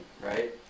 right